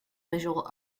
visual